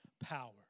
power